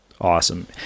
Awesome